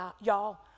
y'all